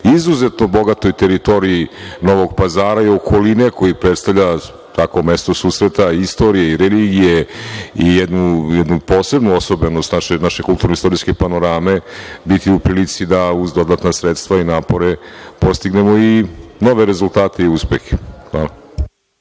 izuzetno bogatoj teritoriji Novog Pazara i okoline, koji predstavlja svakako mesto susreta istorije i religije i jednu posebnu osobenost naše kulturno – istorijske panorame, biti u prilici da uz dodatna sredstva i napore postignemo i nove rezultate i uspehe.